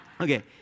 Okay